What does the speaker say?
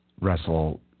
wrestle